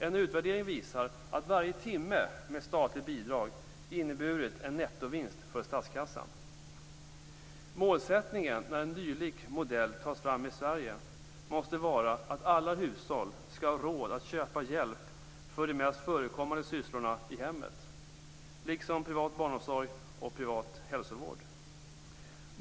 En utvärdering visar att varje timme med statligt bidrag inneburit en nettovinst för statskassan. Målsättningen när en dylik modell tas fram i Sverige måste vara att alla hushåll skall ha råd att köpa hjälp för de mest förekommande sysslorna i hemmet, liksom privat barnomsorg och privat hälsovård.